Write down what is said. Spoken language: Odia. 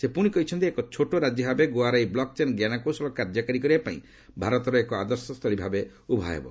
ସେ ପ୍ରଶି କହିଛନ୍ତି ଏକ ଛୋଟ ରାଜ୍ୟ ଭାବେ ଗୋଆର ଏହି ବ୍ଲକ୍ଚେନ୍ ଜ୍ଞାନକୌଶଳ କାର୍ଯ୍ୟକାରୀ କରିବାପାଇଁ ଭାରତର ଏକ ଆଦର୍ଶସ୍ଥଳୀ ଭାବେ ଉଭାହେବ